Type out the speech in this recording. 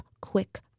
quick